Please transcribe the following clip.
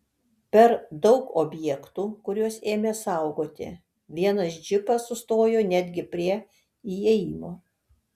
per daug objektų kuriuos ėmė saugoti vienas džipas sustojo netgi prie įėjimo